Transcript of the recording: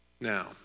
Now